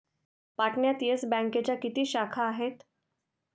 पाटण्यात येस बँकेच्या किती शाखा आहेत?